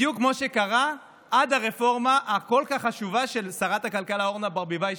בדיוק כמו שקרה עד הרפורמה הכל-כך חשובה של שרת הכלכלה אורנה ברביבאי,